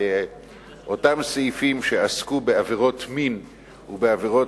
אותם סעיפים שעסקו בעבירות מין ובעבירות